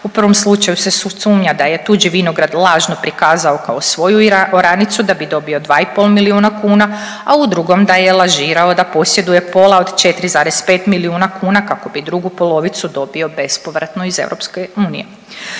U prvom slučaju se sumnja da je tuđi vinograd lažno prikazao kao svoju oranicu da bi dobio 2,5 milijuna kuna, a u drugom da je lažirao da posjeduje pola od 4,5 milijuna kuna kako bi drugu polovicu dobio bespovratno iz EU.